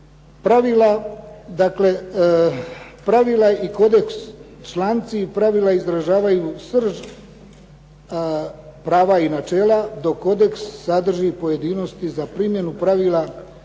Pravila i kodeks, članci i pravila izražavaju srž prava i načela, dok kodeks sadrži pojedinosti za primjenu pravila.